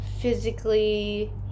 physically